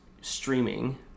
streaming